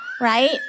right